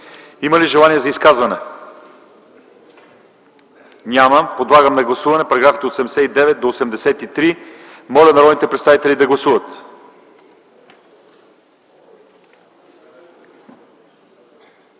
Има ли желание за изказвания? Няма. Подлагам на гласуване параграфите от 79 до 83. Моля, народните представители да гласуват.